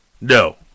No